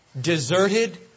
deserted